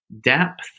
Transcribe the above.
depth